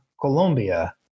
Colombia